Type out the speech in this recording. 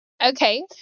Okay